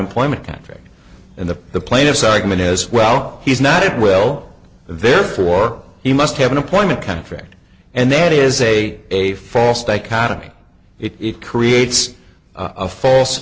employment contract and the the plaintiff's argument as well he's not it will therefore he must have an appointment contract and then it is a a false dichotomy it creates a false